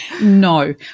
No